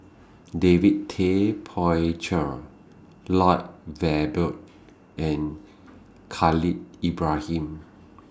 David Tay Poey Cher Lloyd Valberg and Khalil Ibrahim